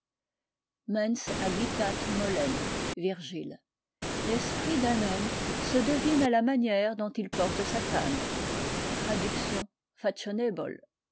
ii e l'esprit d'un homme se devine à la manière dont il porte sa canne